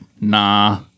nah